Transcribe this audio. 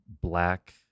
black